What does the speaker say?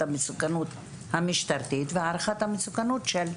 המסוכנות המשטרתית להערכת המסוכנות של העובד.